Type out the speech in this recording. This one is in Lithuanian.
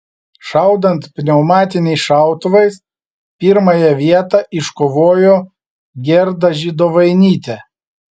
šaudant pneumatiniais šautuvais pirmąją vietą iškovojo gerda židovainytė